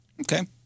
Okay